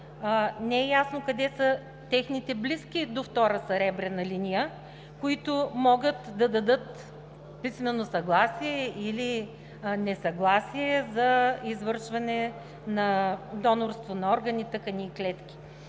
не е ясно къде са техните близки до втора съребрена линия, които могат да дадат писмено съгласие или несъгласие за извършване на донорство на органи, тъкани и клетки.